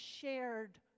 shared